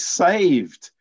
saved